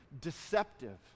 deceptive